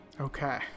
Okay